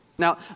Now